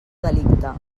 delicte